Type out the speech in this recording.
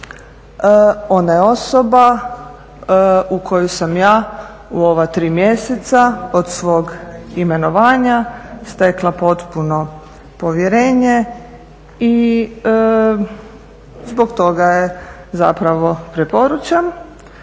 ona je osoba u koju sam ja u ova 3 mjeseca od svog imenovanja stekla potpuno povjerenje i zbog toga je zapravo preporučam.